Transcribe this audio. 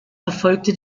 erfolgte